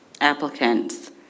applicants